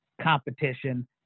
Competition